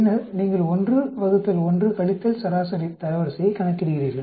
பின்னர் நீங்கள் 1÷1 கழித்தல் சராசரி தரவரிசையைக் கணக்கிடுகிறீர்கள்